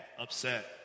upset